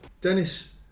Dennis